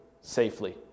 safely